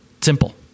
simple